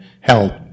help